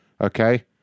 okay